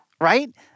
Right